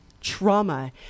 trauma